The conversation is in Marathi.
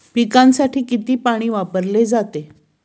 पिकांसाठी किती पाणी वापरले जाते?